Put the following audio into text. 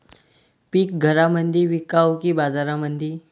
पीक घरामंदी विकावं की बाजारामंदी?